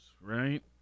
right